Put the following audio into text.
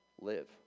live